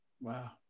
Wow